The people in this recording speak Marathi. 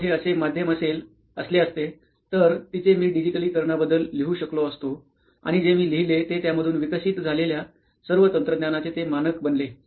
जर कोठे असे माध्यम असले असते तर तिचे मी डिजिटलीकरनाबद्दल लिहू शकलो असतो आणि जे मी लिहले ते त्यामधून विकसित झालेल्या सर्व तंत्रज्ञानाचे ते मानक बनले